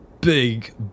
big